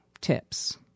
tips